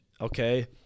Okay